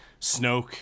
snoke